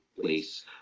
place